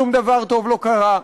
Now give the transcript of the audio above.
שום דבר טוב לא קרה,